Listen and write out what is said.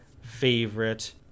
favorite